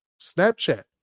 Snapchat